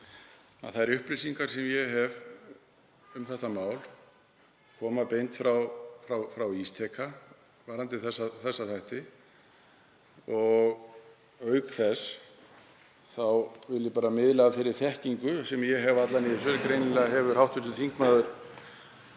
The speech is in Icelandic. Þær upplýsingar sem ég hef um þetta mál koma beint frá Ísteka varðandi þessa þætti. Auk þess vil ég miðla af þeirri þekkingu sem ég hef alla vega í þessu. Greinilega hefur hv. þingmaður